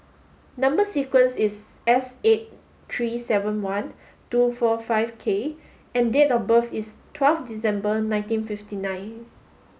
number sequence is S eight three seven one two four five K and date of birth is twelve December nineteen fifty nine